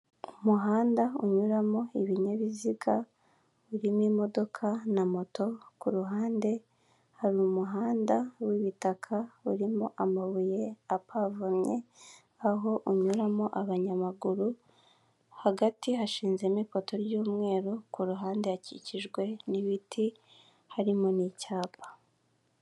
Umuhanda unyuramo ibinyabiziga birimo imodoka na moto, ku ruhande hari umuhanda w'ibitaka urimo amabuye apavomye aho unyuramo abanyamaguru, hagati hashinzemo ipoto ry'umweru, ku ruhande hakikijwe n'ibiti harimo n'icyapa.